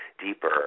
Deeper